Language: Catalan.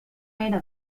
era